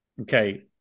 okay